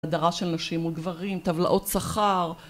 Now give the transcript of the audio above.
הדרה של נשים וגברים, טבלאות שכר